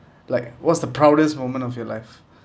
like what's the proudest moment of your life